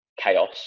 chaos